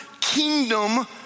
kingdom